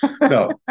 No